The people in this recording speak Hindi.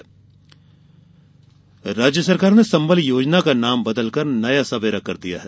नया सवेरा राज्य सरकार ने संबल योजना का नाम बदलकर नया सवेरा कर दिया है